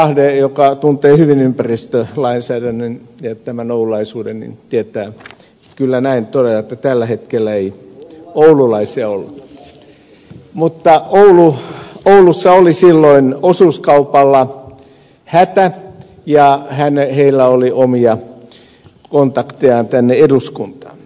ahde joka tuntee hyvin ympäristölainsäädännön ja tämän oululaisuuden tietää kyllä näin todella että tällä hetkellä ei oululaisia ollut mutta silloin oulussa oli osuuskaupalla hätä ja heillä oli omia kontaktejaan tänne eduskuntaan